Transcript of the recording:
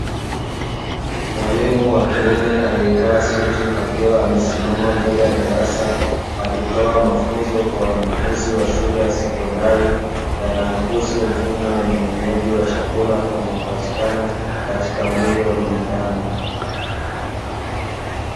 Mwalimu wa kiume aliyevaa suti akiwa amesimama mbele ya darasa akitoa mafunzo kwa wanafunzi wa shule ya sekondari, yanayohusu mfumo wa umeng'enyaji wa chakula unaopatikana katika mwili wa binadamu.